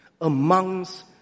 amongst